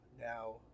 now